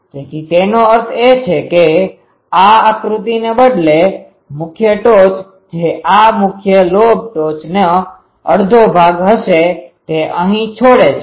તેથી તેનો અર્થ એ છે કે આ આકૃતિને બદલે મુખ્ય ટોચ જે આ મુખ્ય લોબ ટોચનો અડધો ભાગ હશે તે અહી છેડે હશે